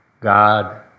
God